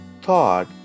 thought